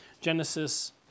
Genesis